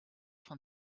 von